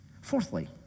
Fourthly